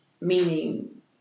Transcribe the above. Meaning